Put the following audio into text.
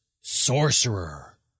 Sorcerer